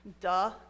duh